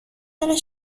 داره